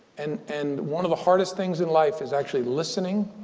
and and one of the hardest things in life is actually listening.